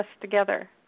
together